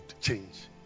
change